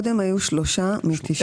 קודם היו 3 מ-9.